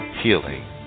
healing